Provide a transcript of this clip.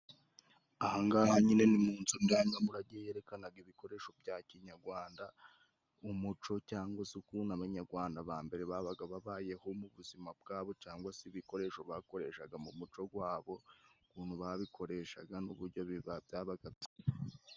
Ahangaha nyine ni mu nzu ndangamurage yerekanaga ibikoresho bya kinyagwanda, umuco cyangwa se ukuntu abanyagwanda ba mbere babaga babayeho mu buzima bwabo, cyangwa se ibikoresho bakoreshaga mu muco gwabo ukuntu babikoreshaga n'uburyo byabaga.